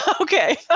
Okay